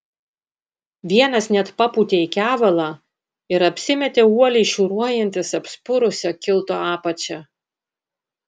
vienas net papūtė į kevalą ir apsimetė uoliai šiūruojantis apspurusia kilto apačia